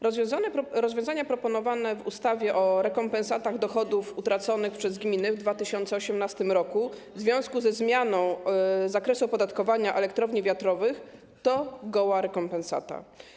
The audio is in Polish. Rozwiązania proponowane w ustawie o rekompensacie dochodów utraconych przez gminy w 2018 r. w związku ze zmianą zakresu opodatkowania elektrowni wiatrowych to goła rekompensata.